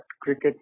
Cricket